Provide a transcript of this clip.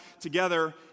together